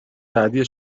بعدی